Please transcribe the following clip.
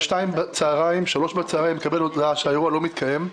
אך ב-2 או 3 בצוהריים אני מקבל הודעה שהאירוע לא מתקיים.